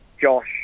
Josh